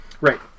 Right